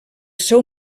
seu